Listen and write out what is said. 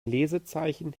lesezeichen